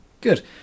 Good